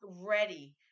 ready